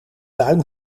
tuin